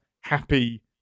happy